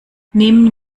nehmen